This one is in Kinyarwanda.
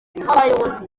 w’abayobozi